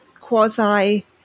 quasi